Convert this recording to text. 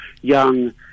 young